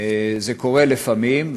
זה קורה לפעמים,